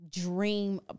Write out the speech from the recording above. dream